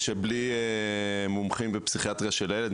בלי מומחים בפסיכיאטריה של הילד,